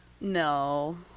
No